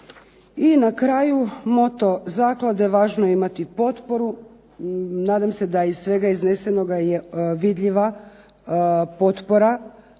I na kraju, moto zaklade "važno je imati potporu", nadam se da iz svega iznesenoga je vidljiva potpora